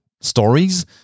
stories